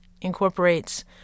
incorporates